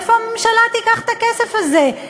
מאיפה הממשלה תיקח את הכסף הזה?